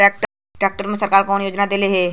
Tractor मे सरकार कवन योजना देले हैं?